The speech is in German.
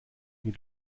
mit